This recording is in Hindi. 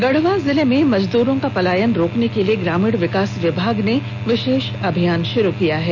गढ़वा जिले में मजदूरों का पलायन रोकने के लिये ग्रामीण विकास विभाग ने विशेष अभियान शुरु किया है